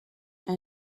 are